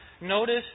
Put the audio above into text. notice